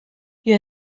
you